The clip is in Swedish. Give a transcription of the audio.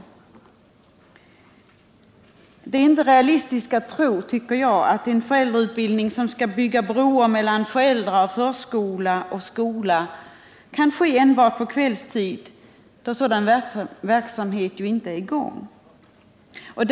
Jag tycker inte att det är realistiskt att tro att en föräldrautbildning som skall bygga broar mellan föräldrar, förskola och skola kan ske enbart på kvällstid, då arbete inom dessa verksamheter inte pågår.